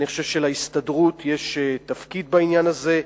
אני חושב שלהסתדרות יש תפקיד בעניין הזה,